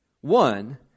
one